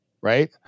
right